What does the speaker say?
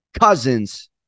Cousins